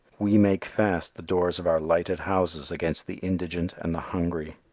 we make fast the doors of our lighted houses against the indigent and the hungry.